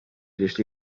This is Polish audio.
jeśli